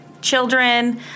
children